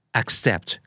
accept